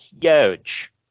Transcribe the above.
huge